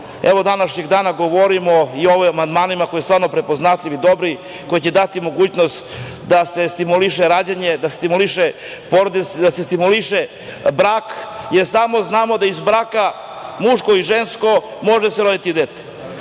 evo današnjeg dana, govorimo i o ovim amandmanima koji su stvarno prepoznatljivi, dobri, koji će dati mogućnost da se stimuliše rađanje, da se stimuliše porodica, da se stimuliše brak. Znamo da iz braka, muško i žensko, može se roditi dete.